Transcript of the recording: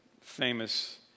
famous